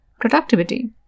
productivity